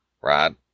right